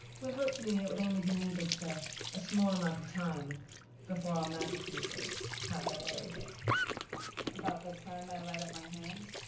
well, hopefully it would only be needed for a small amount of time before our magic users have their way with it. marisha about that time i light up my hands.